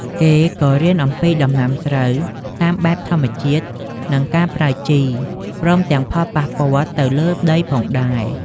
គេក៏រៀនអំពីដំណាំស្រូវតាមបែបធម្មជាតិ និងការប្រើជី ព្រមទាំងផលប៉ះពាល់ទៅលើដីផងដែរ។